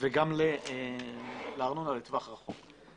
וגם לארנונה לטווח רחוק.